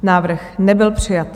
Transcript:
Návrh nebyl přijat.